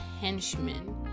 henchman